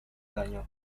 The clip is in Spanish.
dañó